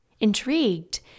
Intrigued